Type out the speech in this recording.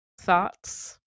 thoughts